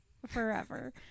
Forever